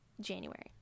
January